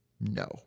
No